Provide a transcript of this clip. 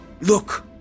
Look